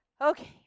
Okay